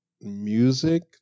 music